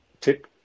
tip